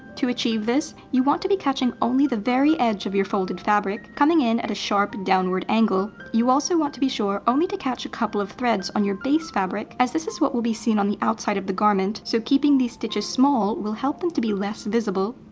to achieve this, you want to only be catching the very edge of your folded fabric, coming in at a sharp, downward angle. you also want to be sure only to catch a couple of threads on your base fabric, as this is what will be seen on the outside of the garment, so keeping these stitches small will help them to be less visible.